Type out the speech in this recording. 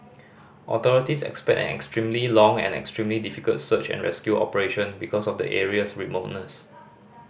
authorities expect an extremely long and extremely difficult search and rescue operation because of the area's remoteness